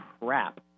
crap